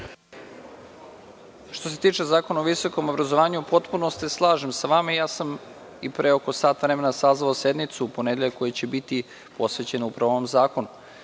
Što se tiče Zakona o visokom obrazovanju, potpuno se slažem sa vama. Ja sam i pre oko sat vremena sazvao sednicu u ponedeljak koja će biti posvećena ovom zakonu. Dakle